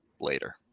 later